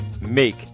make